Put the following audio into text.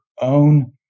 own